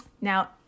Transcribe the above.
Now